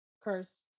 curse